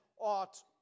ought